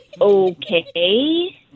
Okay